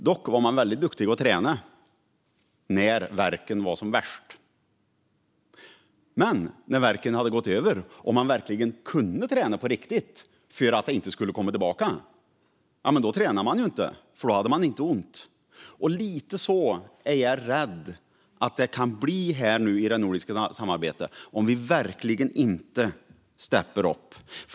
Dock var jag väldigt duktig på att träna när värken var som värst. Men när värken hade gått över och jag verkligen kunde träna på riktigt - för att den inte skulle komma tillbaka - tränade jag inte, för då hade jag inte ont. Lite så är jag rädd att det kan bli i det nordiska samarbetet om vi inte steppar upp.